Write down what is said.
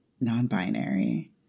non-binary